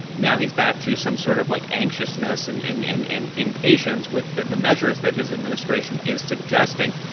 now he's back to some sort of, like, anxiousness and and and and impatience with the the measures that his administration is suggesting.